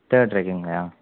third ரேக்கிங்லையா